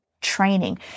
training